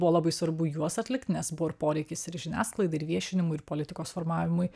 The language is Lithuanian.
buvo labai svarbu juos atlikti nes buvo ir poreikis ir žiniasklaidai ir viešinimui ir politikos formavimui